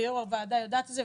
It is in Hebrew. ויו"ר הוועדה יודעת את זה.